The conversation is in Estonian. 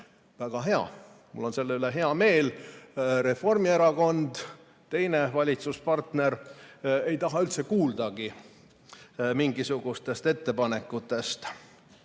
Väga hea, mul on selle üle hea meel. Reformierakond, teine valitsuspartner, ei taha kuuldagi mingisugustest ettepanekutest.